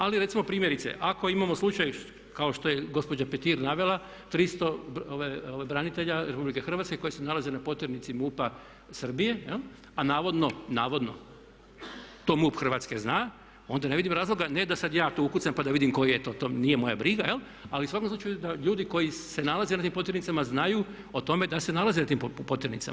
Ali recimo primjerice ako imamo slučaj kao što je gospođa Petir navela 300 branitelja RH koji se nalaze na potjernici MUP-a Srbije jel', a navodno to MUP Hrvatske zna onda ne vidim razloga ne da sad ja tu ukucam pa vidim koji je to, to nije moja briga jel', ali u svakom slučaju da ljudi koji se nalaze na tim potjernicama znaju o tome da se nalaze na tim potjernicama.